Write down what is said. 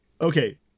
Okay